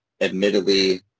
Admittedly